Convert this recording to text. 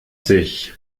sich